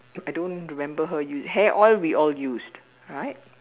I don't remember her use hair oil we all used right